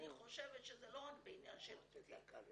אני חושבת שזה לא רק בעניין של פטירה,